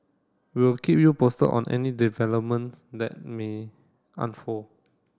we'll keep you posted on any developments that may unfold